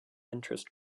interest